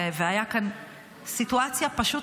והייתה כאן סיטואציה פשוט,